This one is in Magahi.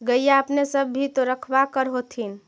गईया अपने सब भी तो रखबा कर होत्थिन?